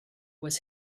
was